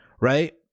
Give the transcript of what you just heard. right